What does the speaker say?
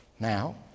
Now